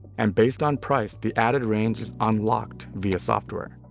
and based on price, the added range is unlocked via software.